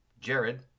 jared